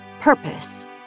purpose